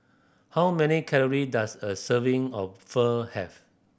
how many calories does a serving of Pho have